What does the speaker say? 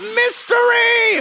mystery